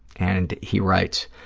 and he writes,